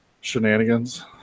shenanigans